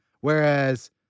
Whereas